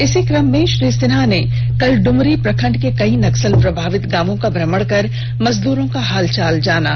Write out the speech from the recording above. इसी क्रम में श्री सिन्हा ने कल डुमरी प्रखंड के कई नक्सल प्रभावित गांवों का भ्रमण कर मजदूरों का हाल चाल जाना